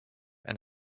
and